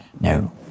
No